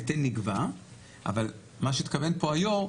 ההיטל ניגבה אבל מה שהתכוון פה היו"ר,